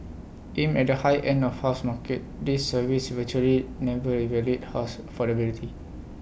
aimed at the high end of housing market these surveys virtually never evaluate house affordability